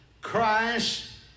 Christ